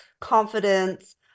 confidence